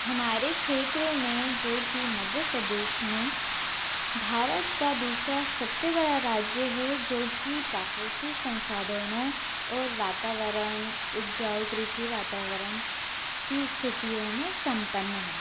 हमारे क्षेत्र में जो कि मध्यप्रदेश में भारत का दूसरा सबसे बड़ा राज्य है जो कि प्राकृति संसाधनों और वातावरण उपजाऊ कृषि वातावरण की स्तिथियों में सम्पन हैं